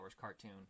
cartoon